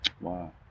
Wow